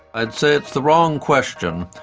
i'd say it's the wrong question.